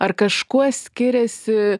ar kažkuo skiriasi